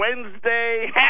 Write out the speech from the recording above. Wednesday